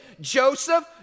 Joseph